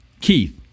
Keith